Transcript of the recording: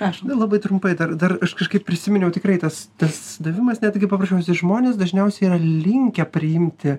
aš labai trumpai dar dar kažkaip prisiminiau tikrai tas tas davimas netgi paprasčiausiai žmonės dažniausiai yra linkę priimti